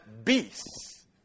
beasts